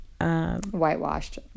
Whitewashed